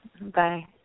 Bye